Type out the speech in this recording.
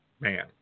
man